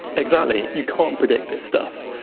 exactly, you can't predict this stuff.